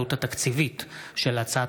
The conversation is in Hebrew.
כי הממשלה נתנה את הסכמתה לעלות התקציבית של הצעת